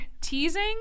teasing